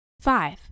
Five